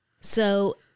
So-